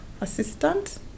assistant